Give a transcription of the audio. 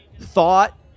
thought